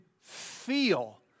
feel